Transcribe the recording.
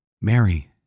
Mary